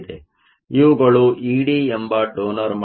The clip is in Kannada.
ಇವುಗಳು ಇಡಿ ಎಂಬ ಡೋನರ್ ಮಟ್ಟಗಳಾಗಿವೆ